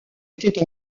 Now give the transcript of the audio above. était